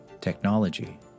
technology